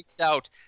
out